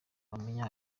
wamenya